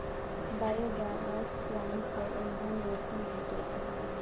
biogas plant सं ईंधन, रोशनी भेटै छै